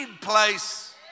place